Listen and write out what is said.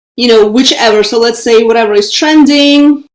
you know, whichever. so let's say whatever is trending,